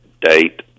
date